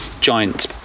giant